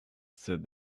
said